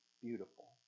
beautiful